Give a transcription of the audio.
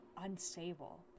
unstable